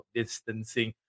distancing